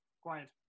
quiet